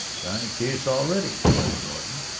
trying the case already, judge norton?